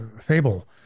fable